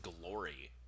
Glory